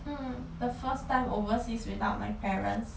mm the first time overseas without my parents